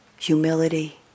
humility